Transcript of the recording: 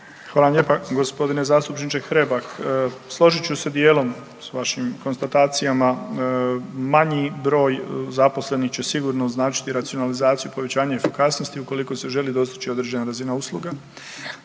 vam lijepa g. zastupniče Hrebak. Složit ću se dijelom s vašim konstatacijama, manji broj zaposlenih će sigurno značiti racionalizaciju povećanja efikasnosti ukoliko se želi dostići određena razina usluga.